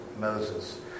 Moses